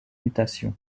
mutations